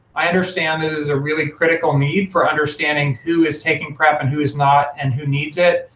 i understand that it is a really critical need for understanding who is taking prep and who is not and who needs it,